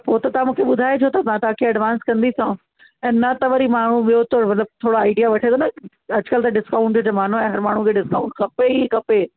पोइ त तव्हां मूंखे ॿुधाइजो त मां तव्हांखे एडवांस कंदीसाव ऐं न त वरी माण्हू ॿियो थोरो मतिलब थोरा आइडिया वठे थो न अॼकल्ह त डिस्काउंट जो ज़मानो आहे हर माण्हू खे डिस्काउंट खपे ई खपे